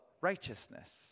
righteousness